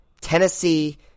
Tennessee